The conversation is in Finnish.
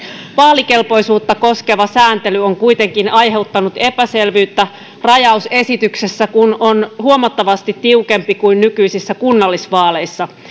vaalikelpoisuutta koskeva sääntely on kuitenkin aiheuttanut epäselvyyttä rajaus esityksessä kun on huomattavasti tiukempi kuin nykyisissä kunnallisvaaleissa